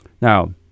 Now